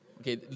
Okay